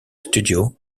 studio